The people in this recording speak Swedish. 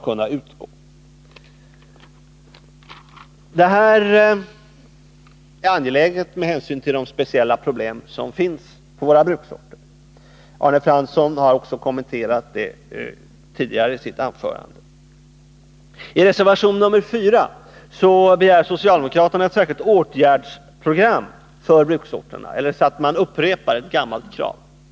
Detta är angeläget med hänsyn till de speciella problem som finns på våra bruksorter — också Arne Fransson har framhållit detta i sitt anförande. Socialdemokraterna begär i reservation nr 4 ett särskilt åtgärdsprogram för bruksorterna — det är egentligen ett gammalt krav som upprepats.